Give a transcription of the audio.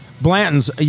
Blanton's